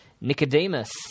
Nicodemus